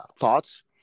Thoughts